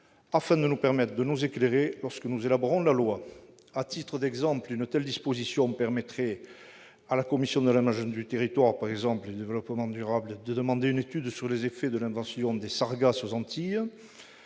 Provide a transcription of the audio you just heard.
afin que nous puissions être éclairés lorsque nous élaborons la loi. À titre d'exemple, une telle disposition permettrait à la commission de l'aménagement du territoire et du développement durable de demander une étude sur les effets de l'invasion des sargasses aux Antilles,